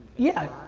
yeah,